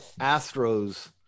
Astros